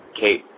Kate